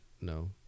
no